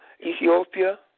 Ethiopia